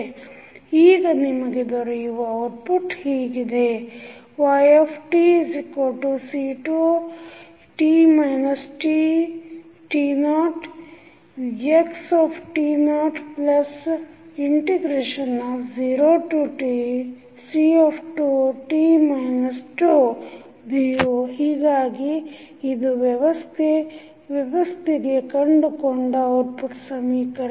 ಈಗ ನಿಮಗೆ ದೊರೆಯುವ ಔಟ್ಪುಟ್ ಹೀಗಿದೆ yCφt t0xt00tCφt τBu ಹೀಗಾಗಿ ಇದು ವ್ಯವಸ್ಥೆಗೆ ಕಂಡುಕೊಂಡ ಔಟ್ಪುಟ್ ಸಮೀಕರಣ